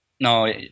No